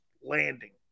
landing